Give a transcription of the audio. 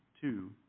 two